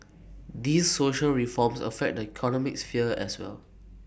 these social reforms affect the economic sphere as well